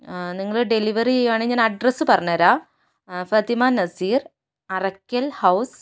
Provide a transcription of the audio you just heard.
നിങ്ങൾ ഡെലിവറി ചെയ്യുകയാണെ ഞാൻ അഡ്രസ്സ് പറഞ്ഞ് തരാം ആ ഫാത്തിമ നസ്സീർ അറക്കൽ ഹൗസ്